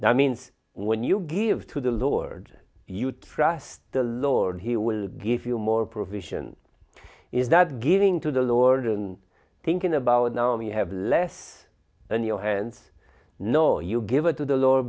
that means when you give to the lord you trust the lord he will give you more provision is that giving to the lord and thinking about now you have less than your hands know you give it to the lo